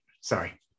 sorry